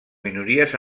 minories